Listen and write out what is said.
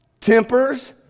tempers